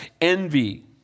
envy